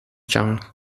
young